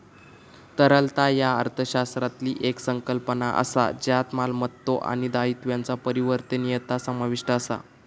तरलता ह्या अर्थशास्त्रातली येक संकल्पना असा ज्यात मालमत्तो आणि दायित्वांचा परिवर्तनीयता समाविष्ट असा